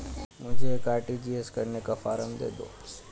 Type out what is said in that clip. मुझे एक आर.टी.जी.एस करने का फारम दे दो?